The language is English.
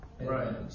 Right